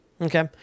Okay